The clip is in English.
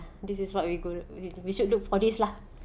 this is what we go we need we should look for this lah